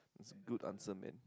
it's a good answer man